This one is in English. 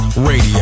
Radio